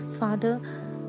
Father